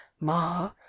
ma